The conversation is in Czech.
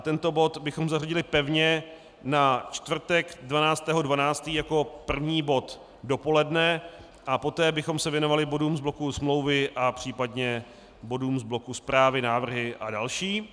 Tento bod bychom zařadili pevně na čtvrtek 12. 12. jako první bod dopoledne a poté bychom se věnovali bodům z bloku smlouvy a případně bodům z bloku zprávy, návrhy a další.